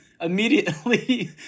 immediately